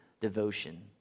devotion